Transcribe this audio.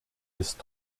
ist